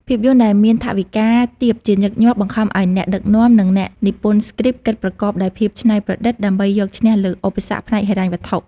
ភាពយន្តដែលមានថវិកាទាបជាញឹកញាប់បង្ខំឲ្យអ្នកដឹកនាំ និងអ្នកនិពន្ធស្គ្រីបគិតប្រកបដោយភាពច្នៃប្រឌិត ដើម្បីយកឈ្នះលើឧបសគ្គផ្នែកហិរញ្ញវត្ថុ។